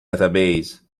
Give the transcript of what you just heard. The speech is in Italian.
database